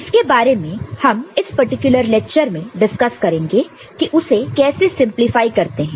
इसके बारे में हम इस पर्टिकुलर लेक्चर में डिस्कस करेंगे कि उसे कैसे सिंपलीफाई करते हैं